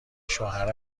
شوهر